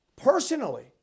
Personally